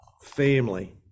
family